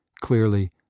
Clearly